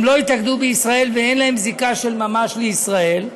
שלא התאגדו בישראל ואין להם זיקה של ממש לישראל,